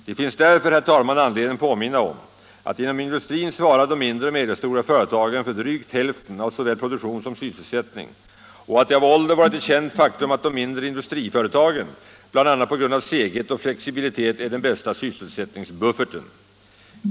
Det finns därför anledning påminna om att inom industrin svarar de mindre och medelstora företagen för drygt hälften av såväl produktion som sysselsättning, och att det av ålder varit ett känt faktum att de mindre industriföretagen bl.a. på grund av seghet och flexibilitet är den bästa sysselsättningsbufferten.